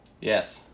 Yes